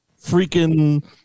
freaking